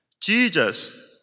Jesus